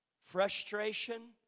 frustration